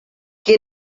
qui